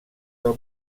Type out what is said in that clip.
del